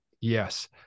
Yes